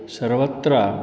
सर्वत्र